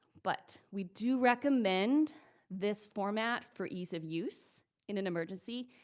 but we do recommend this format for ease of use in an emergency,